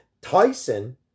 Tyson